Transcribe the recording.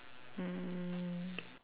mm